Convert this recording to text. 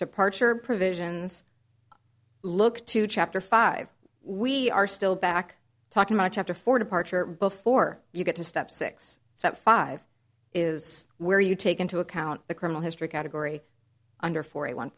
departure provisions look to chapter five we are still back talking much after for departure before you get to step six step five is where you take into account the criminal history category under forty one